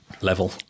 level